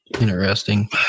Interesting